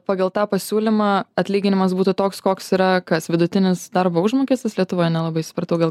pagal tą pasiūlymą atlyginimas būtų toks koks yra kas vidutinis darbo užmokestis lietuvoje nelabai supratau gal